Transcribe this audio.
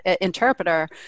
interpreter